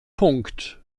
punkt